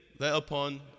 Thereupon